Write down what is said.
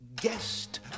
guest